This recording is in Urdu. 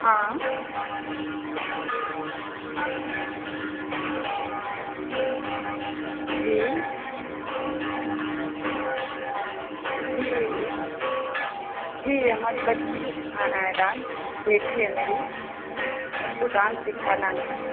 ہاں جی جی جی ہماری بچی کو سکھانا ہے ڈانس بیٹی ہے میری ان کو ڈانس سکھانا تھا